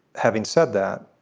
having said that